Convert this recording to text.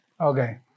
Okay